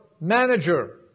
manager